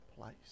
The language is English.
place